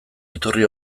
iturri